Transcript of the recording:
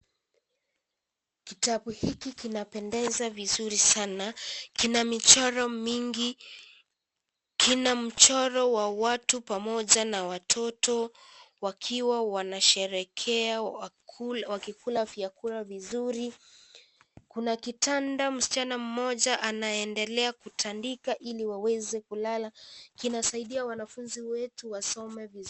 Kitabu hiki kinapendeza vizuri sana. Kina michoro mingi, kina mchoro wa watu pamoja na watoto wakiwa wanasherehekea wakikula vyakula vizuri. Kuna kitanda msichana mmoja anaendelea kutandika ili waweze kulala. Kinasaidia wanafunzi wetu kusoma vizuri.